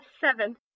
seven